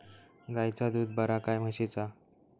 गायचा दूध बरा काय म्हशीचा?